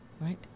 right